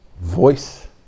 voice